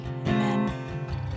amen